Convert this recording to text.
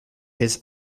his